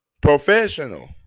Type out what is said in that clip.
Professional